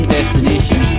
Destination